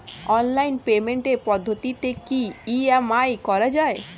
Online পেমেন্টের পদ্ধতিতে কি ই.এম.আই করা যায়?